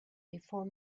before